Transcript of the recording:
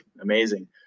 amazing